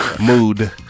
Mood